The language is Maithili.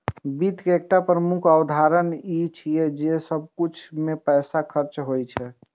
वित्त के एकटा प्रमुख अवधारणा ई छियै जे सब किछु मे पैसा खर्च होइ छै